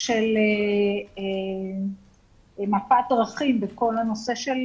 של מפת דרכים בכל הנושא של